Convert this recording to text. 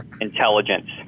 intelligence